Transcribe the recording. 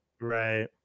right